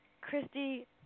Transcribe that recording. Christy